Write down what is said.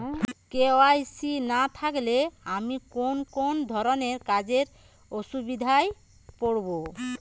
KYC না থাকলে আমি কোন কোন ধরনের কাজে অসুবিধায় পড়ব?